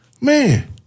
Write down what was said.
man